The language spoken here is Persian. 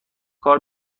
کار